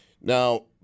Now